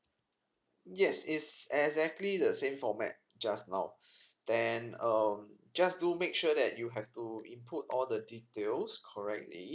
yes it's exactly the same format just now then um just do make sure that you have to input all the details correctly